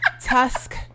Tusk